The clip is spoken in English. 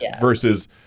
versus –